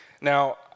Now